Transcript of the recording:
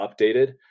updated